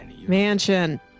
Mansion